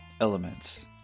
elements